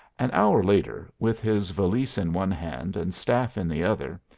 an hour later, with his valise in one hand and staff in the other,